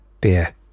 Beer